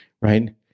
right